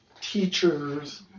teachers